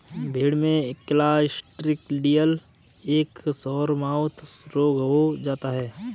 भेड़ में क्लॉस्ट्रिडियल एवं सोरमाउथ रोग हो जाता है